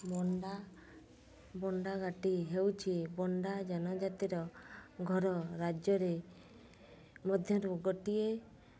ବଣ୍ଡା ବଣ୍ଡାଘାଟି ହେଉଛି ବଣ୍ଡା ଜନଜାତିର ଗଡ଼ ରାଜ୍ୟରେ ମଧ୍ୟରୁ ଗୋଟିଏ